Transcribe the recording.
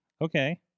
Okay